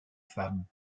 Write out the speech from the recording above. femme